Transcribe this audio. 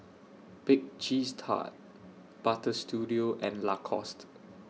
Bake Cheese Tart Butter Studio and Lacoste